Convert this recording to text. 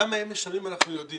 למה הם משלמים אנחנו יודעים,